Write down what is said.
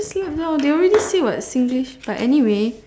just let down they already say [what] Singlish but anyway